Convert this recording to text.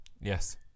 Yes